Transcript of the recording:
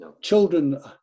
Children